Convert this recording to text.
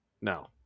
No